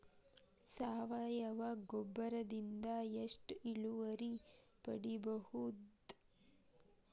ಸಾವಯವ ಗೊಬ್ಬರದಿಂದ ಎಷ್ಟ ಇಳುವರಿ ಪಡಿಬಹುದ?